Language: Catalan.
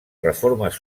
reformes